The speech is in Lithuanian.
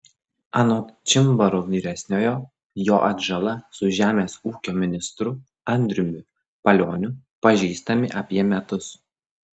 anot čimbaro vyresniojo jo atžala su žemės ūkio ministru andriumi palioniu pažįstami apie metus